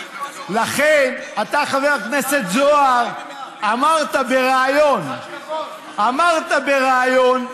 אתה, חבר הכנסת זוהר, אמרת בריאיון, אמרת בריאיון: